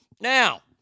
Now